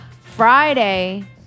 Friday